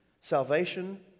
salvation